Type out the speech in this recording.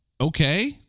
okay